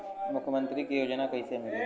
मुख्यमंत्री के योजना कइसे मिली?